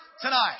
tonight